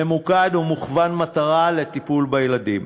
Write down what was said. ממוקד ומכוון מטרה לטיפול בילדים,